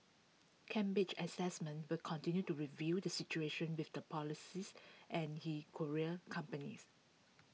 Cambridge Assessment will continue to review the situation with the polices and he courier companies